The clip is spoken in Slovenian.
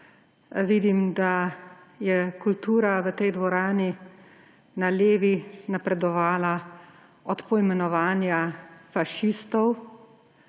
Vidim, da je kultura v tej dvorani na levi napredovala od poimenovanja fašistov